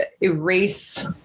erase